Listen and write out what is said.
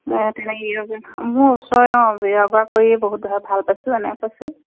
অঁ তেনেকৈ য়োগা মোৰ ওচৰৰে অঁ য়োগা কৰি বহুত ভাল পাইছোঁ এনেকৈ কৈছে